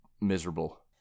miserable